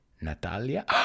Natalia